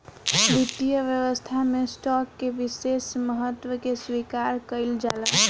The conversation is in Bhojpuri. वित्तीय व्यवस्था में स्टॉक के विशेष महत्व के स्वीकार कईल जाला